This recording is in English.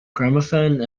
gramophone